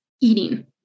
eating